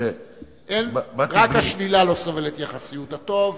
רק השלילה לא סובלת יחסיות, הטוב,